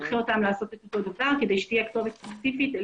ננחה אותם לעשות אותו הדבר כדי שתהיה כתובת ספציפית אל